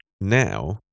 now